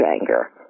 anger